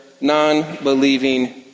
non-believing